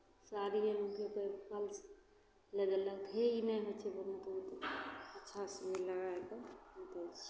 साड़ीएमे कोइ कोइ फाल्स लगयलक हे ई नहि होइ छै बहुत अच्छासँ ओहिमे लगाय कऽ दै छियै